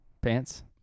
Pants